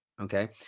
Okay